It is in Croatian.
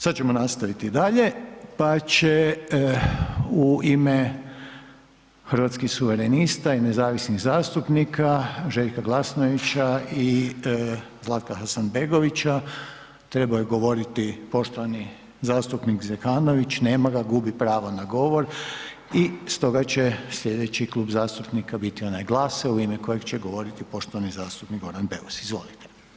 Sad ćemo nastaviti dalje pa će u ime Hrvatskih suverenista i nezavisnih zastupnika Željka Glasnovića i Zlatka Hasanbegovića, trebao je govoriti poštovani zastupnik Zekanović, nema, gubi pravo na govor i stoga će sljedeći klub zastupnika biti onaj GLAS-a u ime kojeg će govoriti poštovani zastupnik Goran Beus, izvolite.